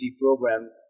program